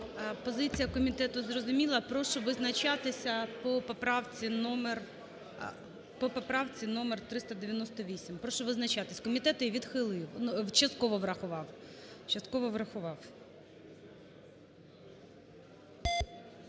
Позиція комітету зрозуміла. Прошу визначатися по поправці номер 398. Прошу визначатись. Комітет її відхилив, частково врахував.